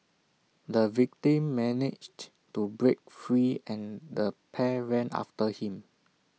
the victim managed to break free and the pair ran after him